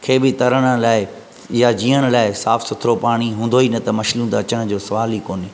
खे बि तरण लाइ या जीअण लाइ साफ़ु सुथिरो पाणी हूंदो ई न त मछलियूं त अचण जो सुवाल ई कोन्हे